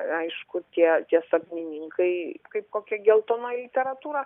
aišku tie tie sapnininkai kaip kokia geltonoji literatūra